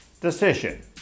Decision